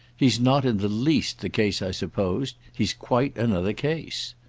he's not in the least the case i supposed, he's quite another case.